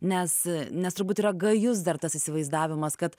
nes nes turbūt yra gajus dar tas įsivaizdavimas kad